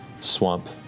swamp